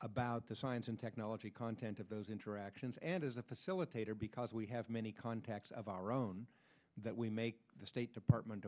about the science and technology content of those interactions and as a facilitator because we have many contacts of our own that we make the state department